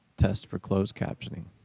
test for closed captioning.